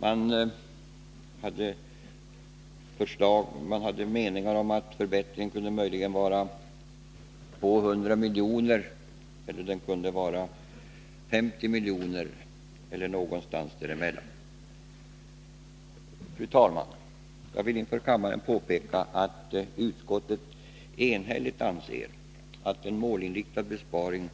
Man hade meningar om att förbättringen möjligen kunde vara 200 miljoner, att den kunde vara 50 miljoner eller någonstans där emellan. Fru talman! Jag vill inför kammaren påpeka att utskottet enhälligt anser att förslaget om en målinriktad besparing